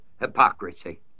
hypocrisy